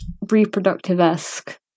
reproductive-esque